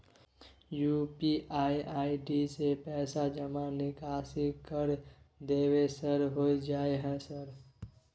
UPI ID से पैसा जमा निकासी कर देबै सर होय जाय है सर?